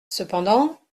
cependant